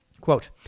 Quote